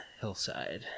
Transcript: hillside